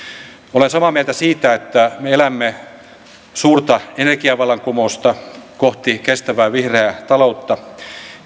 olen samaa mieltä siitä että me elämme suurta energia vallankumousta kohti kestävää vihreää taloutta